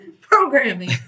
programming